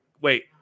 wait